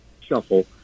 shuffle